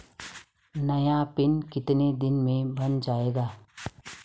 नया पिन कितने दिन में बन जायेगा?